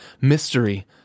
mystery